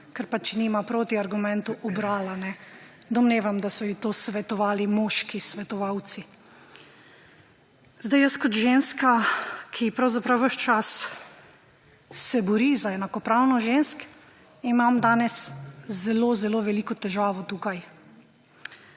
ker pač nima protiargumentov, ubrala. Domnevam, da so ji to svetovali moški svetovalci. Zdaj, jaz kot ženska, ki pravzaprav ves čas se bori za enakopravnost žensk, imam danes zelo zelo veliko težavo tukaj.